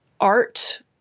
art